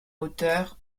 hauteur